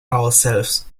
ourselves